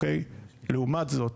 לעומת זאת,